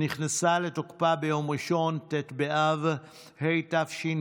שנכנסה לתוקפה ביום ראשון, ט' באב התשפ"א,